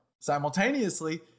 Simultaneously